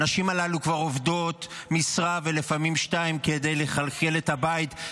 הנשים הללו כבר עובדות משרה ולפעמים שתיים כדי לכלכל את הבית,